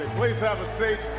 please have a seat.